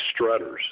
strutters